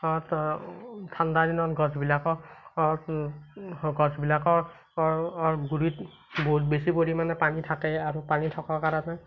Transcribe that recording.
ঠাণ্ডা দিনত গছবিলাকৰ গছবিলাকৰ গুড়িত বহুত বেছি পৰিমাণে পানী থাকে আৰু পানী থকা কাৰণে